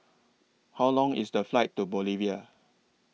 How Long IS The Flight to Bolivia